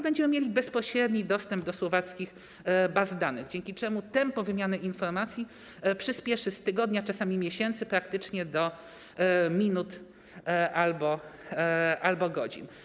Będziemy mieli bezpośredni dostęp do słowackich baz danych, dzięki czemu tempo wymiany informacji przyspieszy z tygodnia, czasami miesięcy, praktycznie do minut albo godzin.